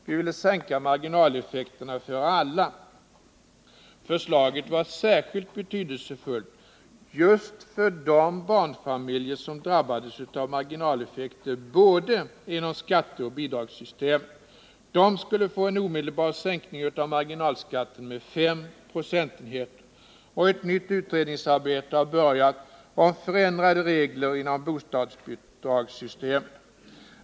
Vi ville sänka marginaleffekterna för alla. Förslaget var särskilt betydelsefullt just för de barnfamiljer som drabbades av marginaleffekter inom både skatteoch bidragssystemet. De skulle få en omedelbar sänkning av marginalskatten med 5 procentenheter. Och ett nytt utredningsarbete har börjat om förändrade regler inom bostadsbidragssystemet.